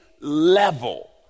level